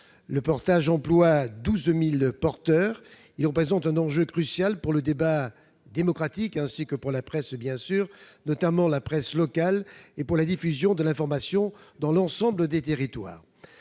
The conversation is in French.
Le portage emploie 12 000 porteurs. Il représente un enjeu crucial pour le débat démocratique, pour la presse, notamment locale, et pour la diffusion de l'information dans l'ensemble des territoires.